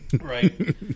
Right